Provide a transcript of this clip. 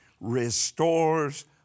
Restores